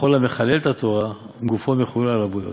וכל המחלל את התורה, גופו מחולל על הבריות.